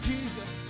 Jesus